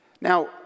Now